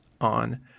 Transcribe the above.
on